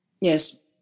Yes